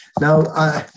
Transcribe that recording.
Now